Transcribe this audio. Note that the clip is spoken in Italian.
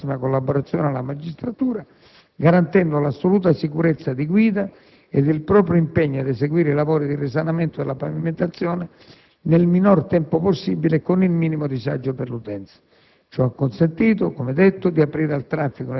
L'ANAS ha assicurato sin dall'inizio della vicenda la massima collaborazione alla magistratura, garantendo l'assoluta sicurezza di guida e il proprio impegno ad eseguire i lavori di risanamento della pavimentazione, nel minor tempo possibile e con il minimo disagio per l'utenza.